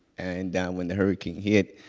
and when the hurricane hit,